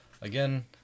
again